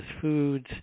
foods